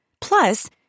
Plus